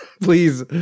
Please